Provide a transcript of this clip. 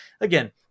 again